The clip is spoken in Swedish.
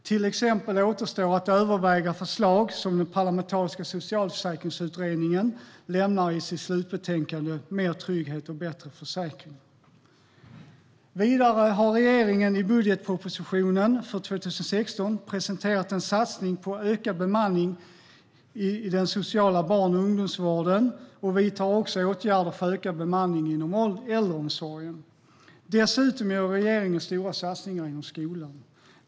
Till exempel återstår att överväga förslag som den parlamentariska socialförsäkringsutredningen lämnar i sitt slutbetänkande Mer trygghet och bättre försäkring . Vidare har regeringen i budgetpropositionen för 2016 presenterat en satsning på ökad bemanning i den sociala barn och ungdomsvården och vidtar också åtgärder för ökad bemanning inom äldreomsorgen. Dessutom gör regeringen stora satsningar inom skolan.